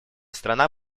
страна